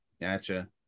gotcha